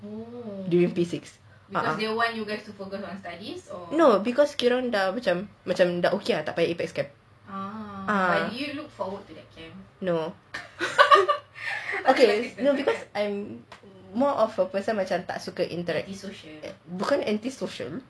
during primary six no because kita orang macam macam ah okay ah tak payah apex camp no I am more of a person of yang tak suka interact bukan antisocial